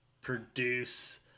produce